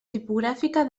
tipogràfica